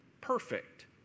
perfect